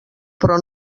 però